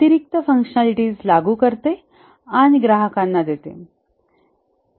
अतिरिक्त फँकशनलिटीज लागू करते आणि ग्राहकांना देते